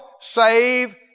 save